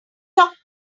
talk